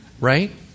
right